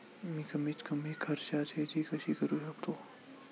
मी कमीत कमी खर्चात शेती कशी करू शकतो?